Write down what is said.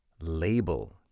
Label